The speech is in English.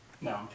No